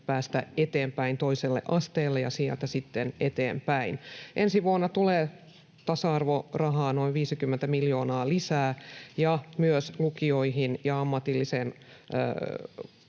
päästä eteenpäin toiselle asteelle ja sieltä sitten eteenpäin. Ensi vuonna tulee tasa-arvorahaa noin 50 miljoonaa lisää ja myös lukioihin ja ammatilliseen